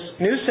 new